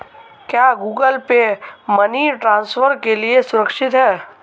क्या Google Pay money transfer के लिए सुरक्षित है?